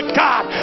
god